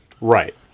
Right